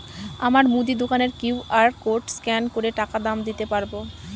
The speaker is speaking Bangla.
আমার মুদি দোকানের কিউ.আর কোড স্ক্যান করে টাকা দাম দিতে পারব?